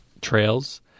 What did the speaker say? trails